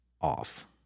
off